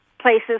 places